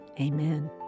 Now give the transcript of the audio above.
Amen